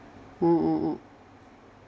mm mm mm